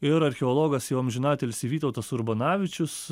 ir archeologas jau amžiną atilsį vytautas urbanavičius